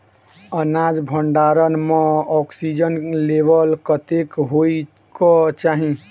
अनाज भण्डारण म ऑक्सीजन लेवल कतेक होइ कऽ चाहि?